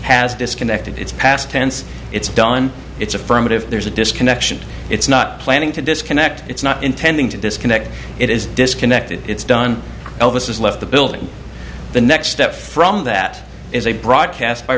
has disconnected its past tense it's done it's affirmative there's a disconnection it's not planning to disconnect it's not intending to disconnect it is disconnected it's done elvis has left the building the next step from that is a broadcast by